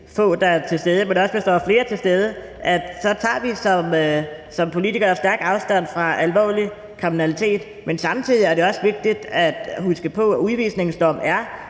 få, der er til stede, men også hvis der var flere til stede – at vi som politikere tager stærkt afstand fra alvorlig kriminalitet. Men samtidig er det også vigtigt at huske på, at en udvisningsdom er